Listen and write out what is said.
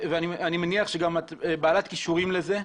ואני מניח שאת בעלת כישורים לזה,